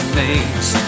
names